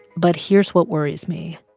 but here's what worries me.